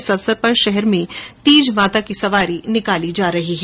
इस अवसर पर शहर में तीज माता की सवारी निकाली जा रही है